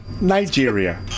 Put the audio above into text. Nigeria